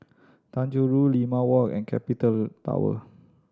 Tanjong Rhu Limau Walk and Capital Tower